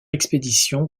expédition